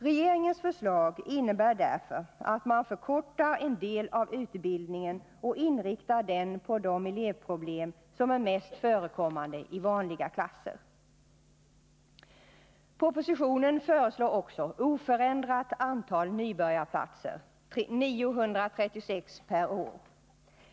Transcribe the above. Regeringens förslag innebär därför att man förkortar en del av utbildningen och inriktar den på de elevproblem som är mest förekommande i vanliga klasser. Propositionen föreslår också ett oförändrat antal nybörjarplatser, 936 per år.